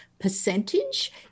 percentage